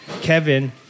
Kevin